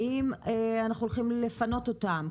האם אנחנו הולכים לפנות אותן,